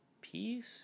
peace